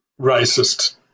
racist